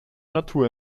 natur